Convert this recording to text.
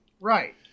Right